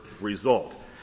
result